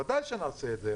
ודאי שנעשה את זה,